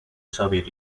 soviet